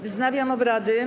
Wznawiam obrady.